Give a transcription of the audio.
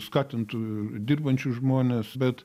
skatintų dirbančius žmones bet